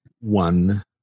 one